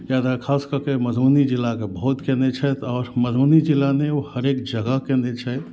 याद खास क के मधुबनी जिला के बहुत केने छैथ और मधुबनी जिला नै ओ हरेक जगह केने छैथ